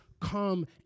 come